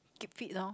keep fit loh